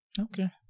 Okay